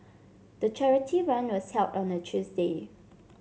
the charity run was held on a Tuesday